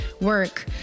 work